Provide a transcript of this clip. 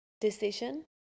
decision